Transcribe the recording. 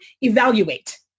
evaluate